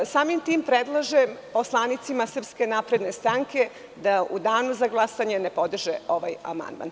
Samim tim, predlažem poslanicima SNS da u danu za glasanje ne podrže ovaj amandman.